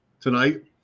tonight